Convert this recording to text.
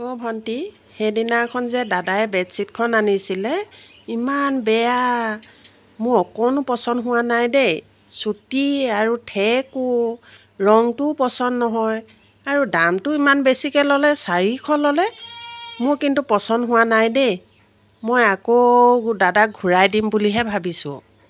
অ' ভণ্টি সেইদিনাখন যে দাদাই বেডচিটখন যে আনিছিলে ইমান বেয়া মোৰ অকণো পচন্দ নাই হোৱা দেই চুটি আৰু থেকো ৰঙটোও পচন্দ নহয় আৰু দামটো ইমান বেছিকৈ ল'লে চাৰিশ ল'লে মোৰ কিন্তু পচন্দ হোৱা নাই দেই মই আকৌ দাদাক ঘূৰাই দিম বুলিহে ভাবিছোঁ